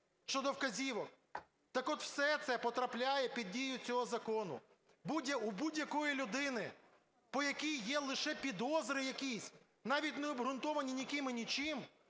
щодо вказівок. Так от, все це потрапляє під дію цього закону. У будь-якої людини, по якій є лише підозри якісь, навіть необґрунтовані ніким і нічим,